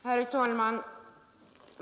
Herr talman!